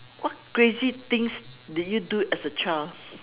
what crazy things did you do as a child